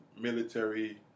military